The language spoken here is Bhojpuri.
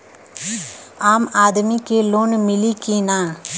आम आदमी के लोन मिली कि ना?